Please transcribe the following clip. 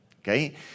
Okay